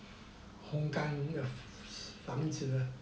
烘干房子